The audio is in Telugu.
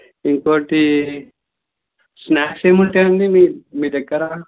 ఇంకొకటి స్నాక్స్ ఏమి ఉంటాయండి మీ మీ దగ్గర